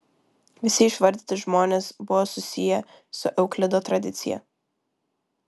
visi išvardyti žmonės buvo susiję su euklido tradicija